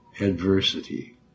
adversity